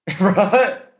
right